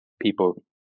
people